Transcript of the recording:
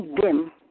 dim